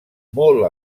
molt